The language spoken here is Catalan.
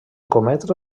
cometre